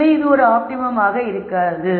எனவே இது ஒரு ஆப்டிமம்மாக இருக்க முடியாது